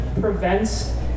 prevents